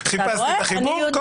חיפשתי את החיבור.